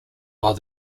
while